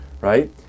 right